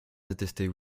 détestait